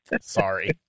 Sorry